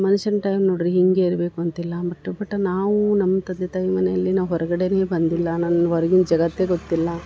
ಮನುಷ್ಯನ ಟೈಮ್ ನೋಡ್ರಿ ಹೀಗೆ ಇರಬೇಕು ಅಂತಿಲ್ಲ ಬಟ್ ಬಟ್ ನಾವು ನಮ್ಮ ತಂದೆ ತಾಯಿ ಮನೆಯಲ್ಲಿ ನಾವು ಹೊರಗಡೆನೇ ಬಂದಿಲ್ಲ ನನ್ನ ಹೊರ್ಗಿನ ಜಗತ್ತೇ ಗೊತ್ತಿಲ್ಲ